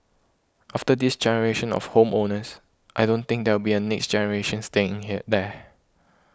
after this generation of home owners I don't think there will be a next generation staying here there